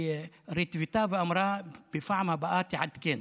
היא ריטווטה ואמרה: בפעם הבאה תעדכן,